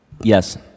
Yes